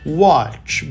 watch